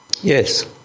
Yes